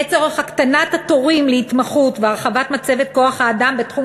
לצורך הקטנת התורים להתמחות והרחבת מצבת כוח-האדם בתחום